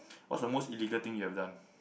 what's the most illegal thing you have done